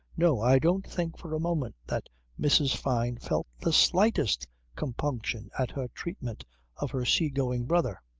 no i don't think for a moment that mrs. fyne felt the slightest compunction at her treatment of her sea-going brother.